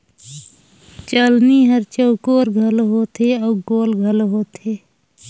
चलनी हर चउकोर घलो होथे अउ गोल घलो होथे